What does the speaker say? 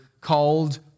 called